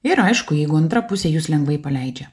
ir aišku jeigu antra pusė jus lengvai paleidžia